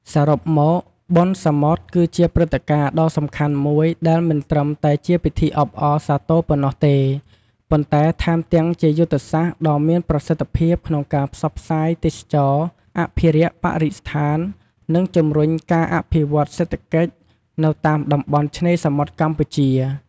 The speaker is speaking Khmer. សរុបមក បុណ្យសមុទ្រគឺជាព្រឹត្តិការណ៍ដ៏សំខាន់មួយដែលមិនត្រឹមតែជាពិធីអបអរសាទរប៉ុណ្ណោះទេ ប៉ុន្តែថែមទាំងជាយុទ្ធសាស្ត្រដ៏មានប្រសិទ្ធភាពក្នុងការផ្សព្វផ្សាយទេសចរណ៍ អភិរក្សបរិស្ថាន និងជំរុញការអភិវឌ្ឍន៍សេដ្ឋកិច្ចនៅតាមតំបន់ឆ្នេរសមុទ្រកម្ពុជា។